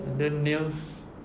and then nails